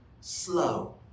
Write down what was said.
slow